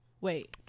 Wait